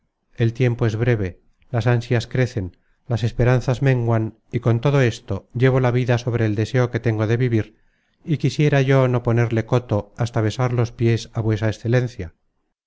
el tiempo es breve las ansias crecen las esperanzas menguan y con todo esto llevo la vida sobre el deseo que tengo de vivir y quisiera yo no ponerle coto hasta besar los piés vuesa excelencia